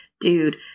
dude